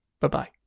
Bye-bye